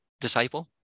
disciple